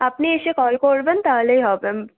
আপনি এসে কল করবেন তাহলেই হবে